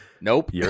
Nope